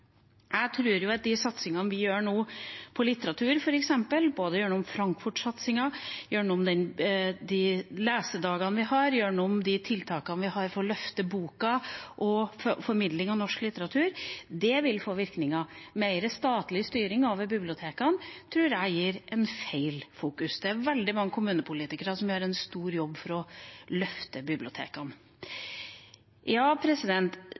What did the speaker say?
Jeg tror at de satsingene vi nå gjør på f.eks. litteratur – både gjennom Frankfurt-satsingen, gjennom lesedagene vi har, og gjennom tiltakene vi har for å løfte boka og formidling av norsk litteratur – vil få virkninger. Mer statlig styring over bibliotekene tror jeg gir en feil fokusering. Det er veldig mange kommunepolitikere som gjør en stor jobb for å løfte bibliotekene.